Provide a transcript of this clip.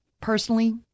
Personally